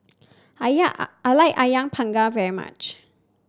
I I like ayam Panggang very much